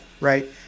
right